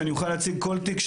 שאני אוכל להציג כל תיק,